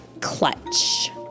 clutch